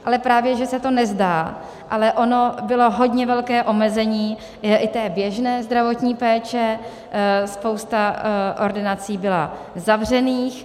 Ale právě že se to nezdá, ale ono bylo hodně velké omezení i běžné zdravotní péče, spousta ordinací byla zavřená.